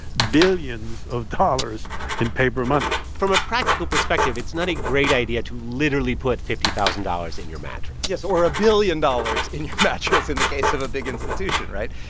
billions of dollars in paper money from a practical perspective, it's not a great idea to literally put fifty thousand dollars in your mattress yes, or a billion dollars in your mattress, in the case of a big institution, right?